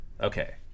Okay